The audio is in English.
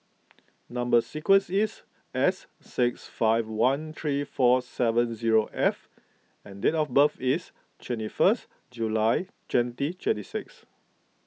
Number Sequence is S six five one three four seven zero F and date of birth is twenty first July twenty twenty six